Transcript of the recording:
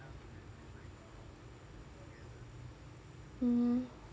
mmhmm